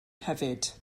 hefyd